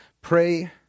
pray